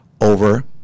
over